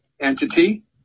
entity